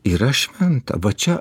yra šventa va čia